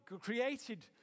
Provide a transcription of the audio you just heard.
created